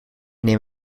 neem